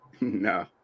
no